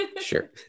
sure